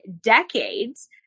decades